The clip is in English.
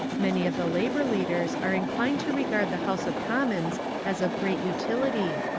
many of the labour leaders are inclined to regard the house of commons as of great utility,